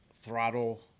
throttle